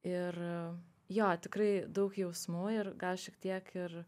ir jo tikrai daug jausmų ir gal šiek tiek ir